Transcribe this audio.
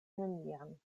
nenian